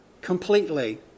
completely